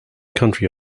country